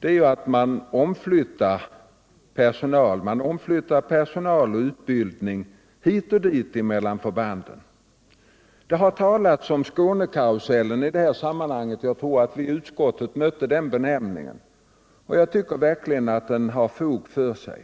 är ju att man omflyttar personal och utbildning hit och dit mellan förbanden. Det har i detta sammanhang talats om Skånekarusellen — jag tror att vi mötte det uttrycket vid utskottets besök i Skåne. Jag tycker verkligen att det har fog för sig.